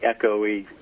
echoey